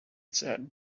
said